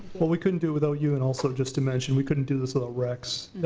well, we couldn't do without you. and also just to mention, we couldn't do this without rex.